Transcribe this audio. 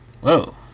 whoa